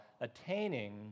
attaining